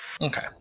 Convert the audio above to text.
Okay